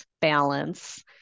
balance